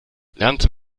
lernte